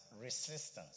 resistance